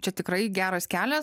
čia tikrai geras kelias